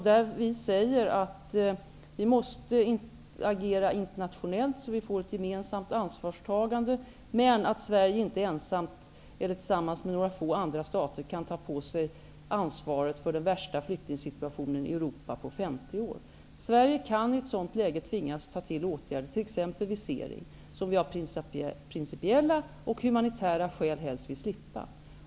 Där säger vi att vi måste agera internationellt så att vi får ett gemensamt ansvarstagande, men att Sverige inte ensamt eller tillsammans med några få andra stater kan ta på sig ansvaret för den värsta flyktingsituationen i Europa på 50 år. Sverige kan i ett sådant läge tvingas till åtgärder, t.ex. visering, som vi av principiella och humanitära skäl helst vill slippa.